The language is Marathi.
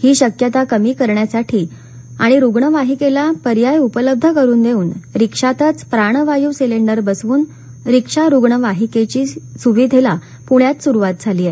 ही शक्यता कमी करण्यासाठी आणि रुग्णवाहिकेला पर्याय उपलब्ध करून देऊन रिक्षातच प्राणवायूचा सिलेंडर बसवून रिक्षा रुग्णवाहिकेची सुविधा पुण्यात सुरू झाली आहे